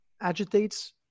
agitates